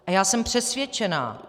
A já jsem přesvědčená